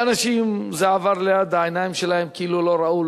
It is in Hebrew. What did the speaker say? לאנשים זה עבר ליד העיניים שלהם כאילו לא ראו,